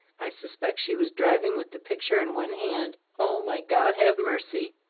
i suspect she was driving with the picture in one hand. oh, my god, have mercy!